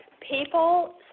people